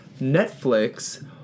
Netflix